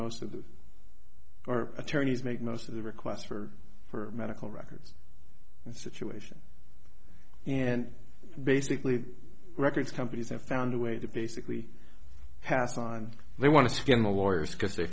of them or attorneys make most of the requests for for medical records and situation and basically records companies have found a way to basically pass on they want to scan the lawyers because they